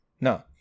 no